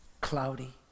cloudy